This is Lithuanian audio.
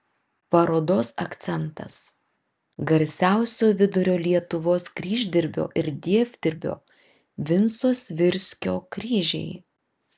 parodos akcentas garsiausio vidurio lietuvos kryždirbio ir dievdirbio vinco svirskio kryžiai